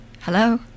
Hello